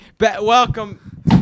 welcome